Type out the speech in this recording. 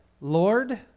Lord